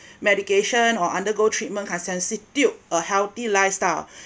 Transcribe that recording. medication or undergo treatment can substitute a healthy lifestyle